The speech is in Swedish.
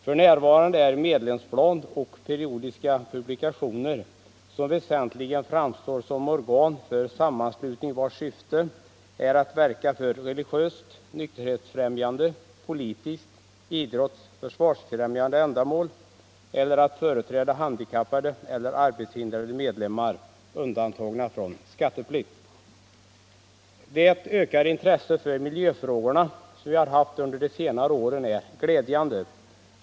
För närvarande är medlemsblad och periodiska publikationer undantagna från skatteplikt när de väsentligen framstår som organ för sammanslutning vars syfte är att verka för religiöst, nykterhetsfrämjande, politiskt, idrottsligt eller försvarsfrämjande ändamål eller att företräda handikappade eller arbetshindrade medlemmar. Det ökade intresse för miljöfrågorna som vi har haft under de senaste åren är glädjande.